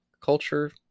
culture